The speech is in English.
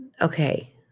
Okay